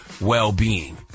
well-being